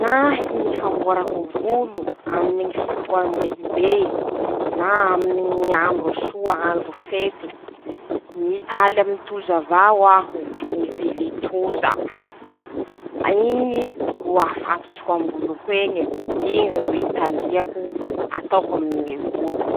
Ñahy ñy famboarako volo aminy ñy fotoan-dehibe na aminy ñ'andro soa, andro fety, mitaly amin-toza avao aho, mivily toza, a iñy ro afatotsoko am-boloko eñy, iñy ro italiako, ataoko aminy ñy voloko,